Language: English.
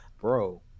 Bro